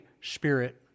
Spirit